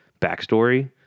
backstory